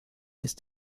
ist